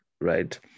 right